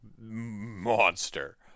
monster